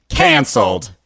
cancelled